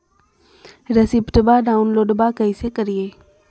रेसिप्टबा डाउनलोडबा कैसे करिए?